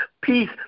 Peace